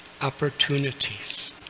opportunities